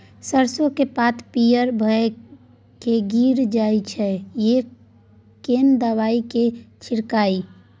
सरसो के पात पीयर भ के गीरल जाय छै यो केना दवाई के छिड़कीयई?